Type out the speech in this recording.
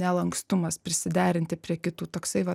nelankstumas prisiderinti prie kitų toksai va